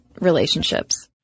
relationships